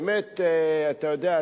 באמת אתה יודע,